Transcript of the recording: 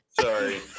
Sorry